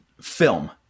film